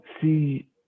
see –